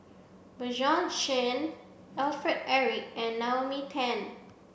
Bjorn Shen Alfred Eric and Naomi Tan